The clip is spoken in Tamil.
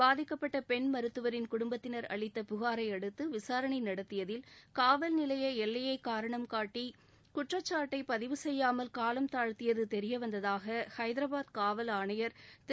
பாதிக்கப்பட்ட பென் மருத்துவரின் குடும்பத்தினா் அளித்த புகாரையடுத்து விசாரணை நடத்தியதில் காவல்நிலைய எல்லையைக் காரணம் காட்டி குற்றச்சாட்டை பதிவு செய்யாமல் காலம் தாழ்த்தியது தெரியவந்ததாக ஹைதராபாத் காவல் ஆணையர் திரு